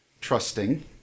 trusting